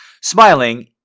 Smiling